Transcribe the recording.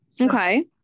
okay